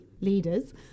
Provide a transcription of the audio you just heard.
leaders